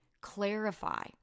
clarify